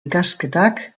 ikasketak